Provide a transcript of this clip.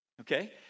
Okay